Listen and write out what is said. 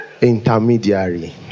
Intermediary